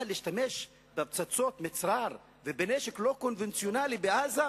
אבל להשתמש בפצצות מצרר ובנשק לא קונבנציונלי בעזה?